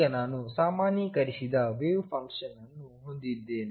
ಈಗ ನಾನು ಸಾಮಾನ್ಯೀಕರಿಸಿದ ವೇವ್ ಫಂಕ್ಷನ್ ಅನ್ನು ಹೊಂದಿದ್ದೇನೆ